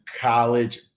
college